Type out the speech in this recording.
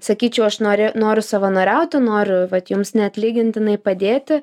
sakyčiau aš nori noriu savanoriauti noriu vat jums neatlygintinai padėti